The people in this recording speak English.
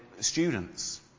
students